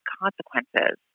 consequences